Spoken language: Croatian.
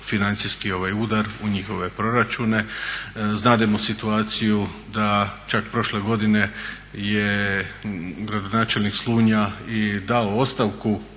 financijski udar u njihove proračune. Znamo situaciju da čak prošle godine je gradonačelnik Slunja i dao ostavku